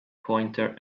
pointer